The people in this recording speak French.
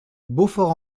beaufort